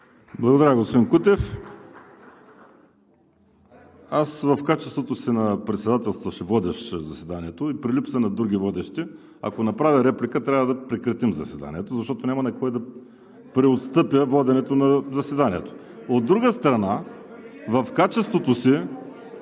Благодаря, господин Кутев. В качеството си на председателстващ и водещ заседанието и при липса на други водещи, ако направя реплика, трябва да прекратим заседанието, защото няма на кого да преотстъпя воденето на заседанието. (Силен шум и реплики